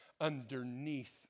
underneath